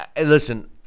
listen